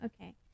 Okay